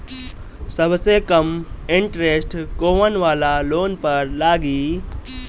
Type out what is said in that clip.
सबसे कम इन्टरेस्ट कोउन वाला लोन पर लागी?